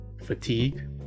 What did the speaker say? fatigue